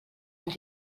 amb